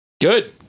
Good